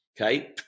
okay